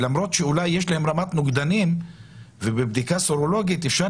למרות שאולי יש להם רמת נוגדנים ובבדיקה סרולוגית אפשר